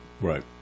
Right